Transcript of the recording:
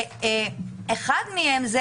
אחד מהם זה